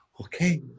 Okay